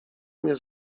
mnie